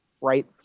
right